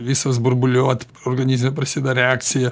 visos burbuliuot organizme prasida reakcija